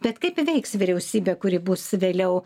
bet kaip veiks vyriausybė kuri bus vėliau